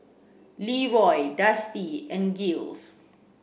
Leeroy Dusty and Giles